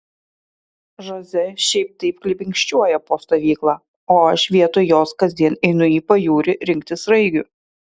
žoze šiaip taip klibikščiuoja po stovyklą o aš vietoj jos kasdien einu į pajūrį rinkti sraigių